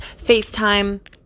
FaceTime